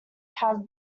have